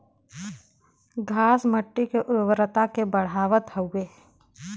घास मट्टी के उर्वरता के बढ़ावत हउवे